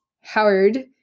Howard